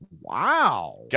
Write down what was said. Wow